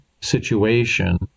situation